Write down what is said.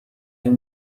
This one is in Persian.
این